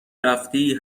رفتی